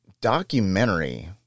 documentary